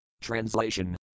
Translation